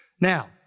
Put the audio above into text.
Now